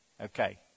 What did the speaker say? Okay